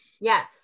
Yes